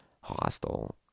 hostile